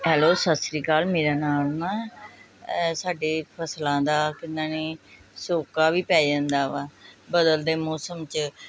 hello ਸਤਿ ਸ਼੍ਰੀ ਅਕਾਲ ਮੇਰਾ ਨਾਮ ਨਾ ਸਾਡੇ ਫਸਲਾਂ ਦਾ ਕਿੰਨਾ ਨੇ ਸੋਕਾ ਵੀ ਪੈ ਜਾਂਦਾ ਵਾ ਬਦਲਦੇ ਮੌਸਮ 'ਚ